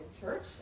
church